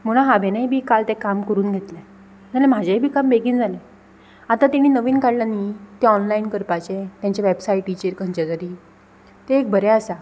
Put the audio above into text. म्हूण हांवेनय बी काल तें काम करून घेतलें जाल्या म्हाजेंय बी काम बेगीन जालें आतां तेणी नवीन काडलां न्ही तें ऑनलायन करपाचें तेंचे वेबसायटीचेर खंयच्या तरी तें एक बरें आसा